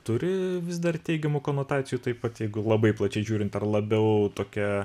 turi vis dar teigiamų konotacijų taip pat jeigu labai plačiai žiūrint ar labiau tokia